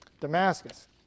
Damascus